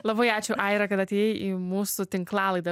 labai ačiū aira kad atėjai į mūsų tinklalaidę